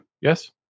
Yes